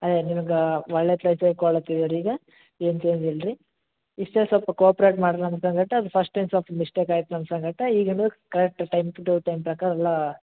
ಅದೇ ನಿಮ್ಗೆ ಒಳ್ಳೆಯ ಚಾಯ್ಸೆ ಕೊಳ್ಳತ್ತೀವಿ ರೀ ಈಗ ಏನೂ ಚೇಂಜ್ ಇಲ್ಲ ರೀ ಇಷ್ಟೇ ಸ್ವಲ್ಪ ಕೋಆಪ್ರೇಟ್ ಮಾಡ್ರಿ ನಮ್ಮ ಸಂಗಡ ಅದು ಫಸ್ಟ್ ಏನು ಸ್ವಲ್ಪ ಮಿಸ್ಟೇಕ್ ಆಯ್ತು ನಮ್ಮ ಸಂಗಡ ಈಗ ಇನ್ನು ಕರೆಕ್ಟ್ ಟೈಮ್ ಟು ಟೈಮ್ ಪ್ರಕಾರ ಎಲ್ಲ